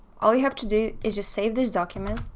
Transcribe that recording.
all you have to do is just save this document,